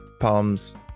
palms